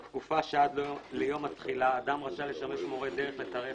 בתקופה שעד ליום התחילה אדם רשאי לשמש מורה דרך לתיירי